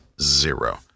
Zero